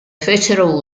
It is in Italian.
fecero